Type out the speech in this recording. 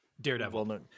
Daredevil